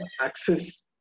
access